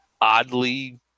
oddly